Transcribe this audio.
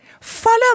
follow